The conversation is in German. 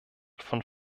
von